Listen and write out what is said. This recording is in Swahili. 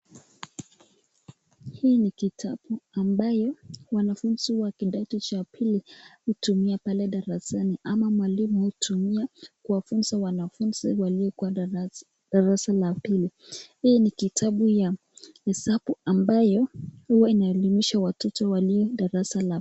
Hii ni kitabu ambayo wanafunzi wa kidato cha pili hutumia pale darasani ama mwalimu hutumia kuwafunza wanafunzi walioko darasa la pili. Hii ni kitabu ya hesabu ambayo huwa inaelimisha watoto walio darasa la pili.